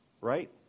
right